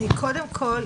קודם כל,